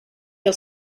els